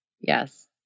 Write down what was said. Yes